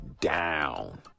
down